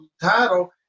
title